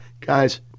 Guys